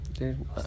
Dude